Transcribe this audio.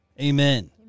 amen